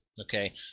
Okay